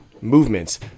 movements